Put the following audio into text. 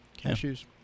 Cashews